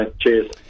Cheers